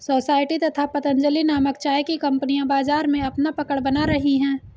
society तथा पतंजलि नामक चाय की कंपनियां बाजार में अपना पकड़ बना रही है